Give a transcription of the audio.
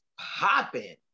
popping